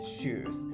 shoes